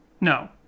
No